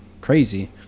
crazy